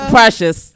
Precious